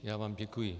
Já vám děkuji.